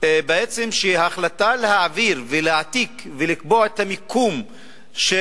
היא בעצם שההחלטה להעביר ולהעתיק ולקבוע את המיקום של